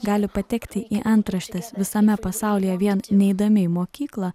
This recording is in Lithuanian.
gali patekti į antraštes visame pasaulyje vien neidami į mokyklą